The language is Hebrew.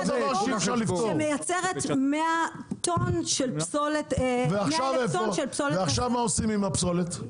--- מייצרת 100,000 טון של פסולת --- ועכשיו מה עושים עם הפסולת?